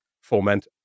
foment